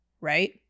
Right